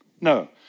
No